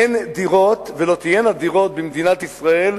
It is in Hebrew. אין דירות ולא תהיינה דירות במדינת ישראל.